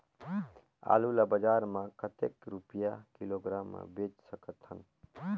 आलू ला बजार मां कतेक रुपिया किलोग्राम म बेच सकथन?